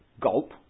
Gulp